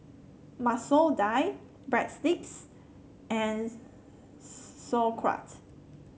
Masoor Dal Breadsticks and Sauerkraut